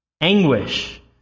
anguish